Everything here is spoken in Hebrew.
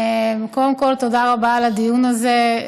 קודם כול תודה רבה על הדיון הזה.